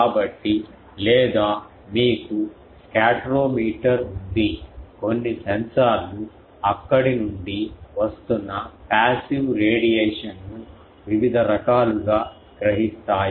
కాబట్టి లేదా మీకు స్కాటెరోమీటర్ ఉంది కొన్ని సెన్సార్లు అక్కడ నుండి వస్తున్న పాసివ్ రేడియేషన్ ను వివిధ రకాలుగా గ్రహిస్తాయి